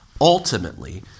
ultimately